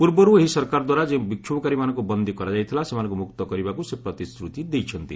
ପୂର୍ବରୁ ଏହି ସରକାର ଦ୍ୱାରା ଯେଉଁ ବିକ୍ଷୋଭକାରୀମାନଙ୍କୁ ବନ୍ଦୀ କରାଯାଇଥିଲା ସେମାନଙ୍କୁ ମୁକ୍ତ କରିବାକୁ ସେ ପ୍ରତିଶ୍ରୁତି ଦେଇଛନ୍ତି